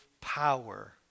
power